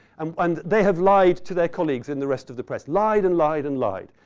um and they have lied to their colleagues and the rest of the press. lied and lied and lied.